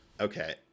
Okay